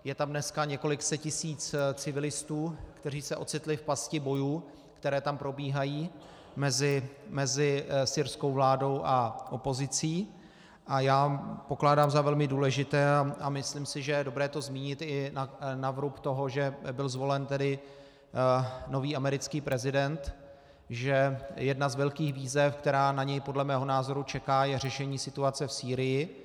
Je tam dneska několik set tisíc civilistů, kteří se ocitli v pasti bojů, které tam probíhají mezi syrskou vládou a opozicí, a já pokládám za velmi důležité, a myslím si, že je dobré to zmínit i na vrub toho, že byl zvolen tedy nový americký prezident, že jedna z velkých výzev, která na něj podle mého názoru čeká, je řešení situace v Sýrii.